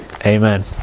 amen